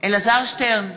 אלעזר שטרן,